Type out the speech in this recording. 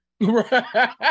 Right